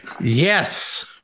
Yes